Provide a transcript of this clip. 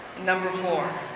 number four,